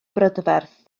brydferth